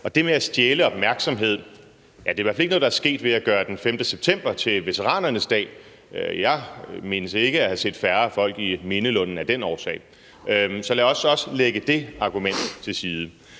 om det skulle stjæle opmærksomhed, så er det i hvert fald ikke noget, der er sket ved at gøre den 5. september til veteranernes dag. Jeg mindes ikke at have set færre folk i Mindelunden af den årsag. Så lad os også lægge det argument til side.